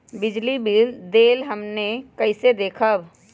बिजली बिल देल हमन कईसे देखब?